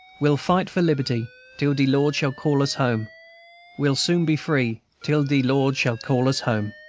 we'll fight for liberty till de lord shall call us home we'll soon be free till de lord shall call us home.